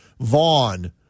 Vaughn